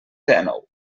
dènou